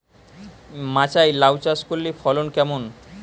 মাচায় লাউ চাষ করলে ফলন কেমন?